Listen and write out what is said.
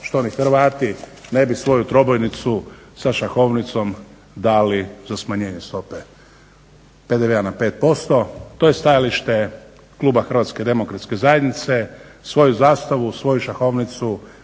što ni Hrvati ne bi svoju trobojnicu sa šahovnicom dali za smanjenje stope PDV-a na 5% to je stajalište kluba HDZ-a svoju zastavu, svoju šahovnicu